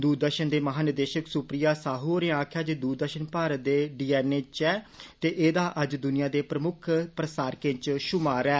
दूरदर्शन दे महानिदेशक सुप्रिया साहू होरें आक्खेआ जे दूरदर्शन भारत दे डी एन ए च ऐ ते एह्दा अज्ज दुनिया दे प्रमुक्ख प्रसारकें च शुमार ऐ